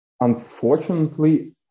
Unfortunately